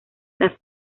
las